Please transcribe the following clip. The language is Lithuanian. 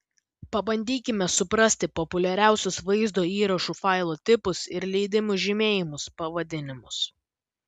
pabandykime suprasti populiariausius vaizdo įrašų failų tipus ir leidimų žymėjimus pavadinimus